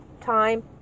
time